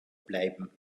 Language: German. bleiben